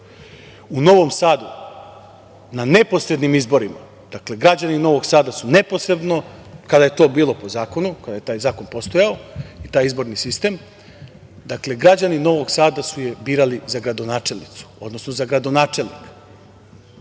u Novom Sadu na neposrednim izborima, dakle, građani Novog Sada su neposredno kada je to bilo po zakonu, kada je taj zakon postojao, i taj izborni sistem, dakle, građani Novog Sada su je birali za gradonačelnicu, odnosno za gradonačelnika.